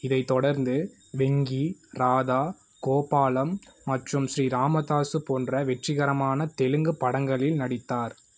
இதை தொடர்ந்து வெங்கி ராதா கோபாலம் மற்றும் ஸ்ரீ ராமதாஸு போன்ற வெற்றிகரமான தெலுங்கு படங்களில் நடித்தார்